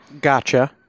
Gotcha